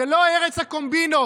זו לא ארץ הקומבינות.